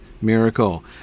Miracle